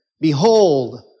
Behold